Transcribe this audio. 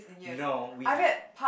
no we've